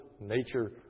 nature